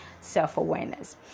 self-awareness